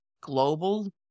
global